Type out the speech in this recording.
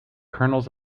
kernels